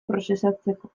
prozesatzeko